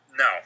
No